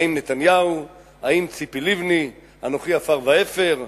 האם נתניהו, האם ציפי לבני, אנוכי עפר ואפר?